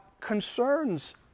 concerns